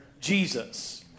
Jesus